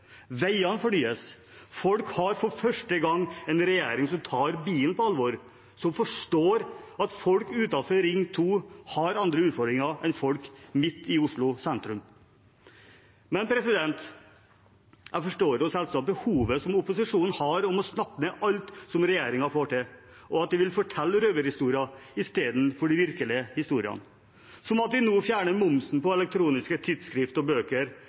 Veiene fornyes. Folk har for første gang en regjering som tar bilen på alvor, som forstår at folk utenfor Ring 2 har andre utfordringer enn folk midt i Oslo sentrum. Men jeg forstår selvsagt behovet som opposisjonen har for å snakke ned alt som regjeringen får til, og at de vil fortelle røverhistorier istedenfor de virkelige historiene, som at vi nå fjerner momsen på elektroniske tidsskrift og bøker,